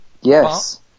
Yes